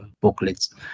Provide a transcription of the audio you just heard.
booklets